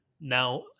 now